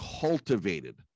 cultivated